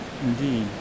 indeed